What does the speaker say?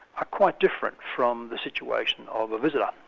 are quite different from the situation of a visitor.